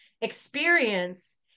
experience